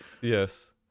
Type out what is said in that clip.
Yes